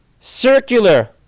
circular